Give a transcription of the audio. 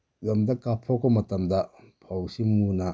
ꯀꯥꯞꯊꯣꯛꯄ ꯃꯇꯝꯗ ꯐꯧꯁꯤ ꯃꯨꯅ